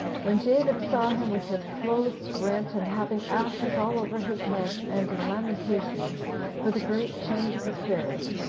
when david saw him with his clothes rent, and having ashes all over his head, and in lamentation for the great change of affairs,